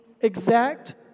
exact